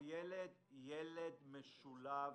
ילד משולב